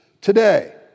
today